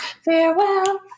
farewell